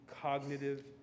cognitive